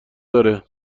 داره